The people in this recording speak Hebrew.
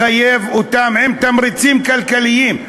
לחייב אותם עם תמריצים כלכליים,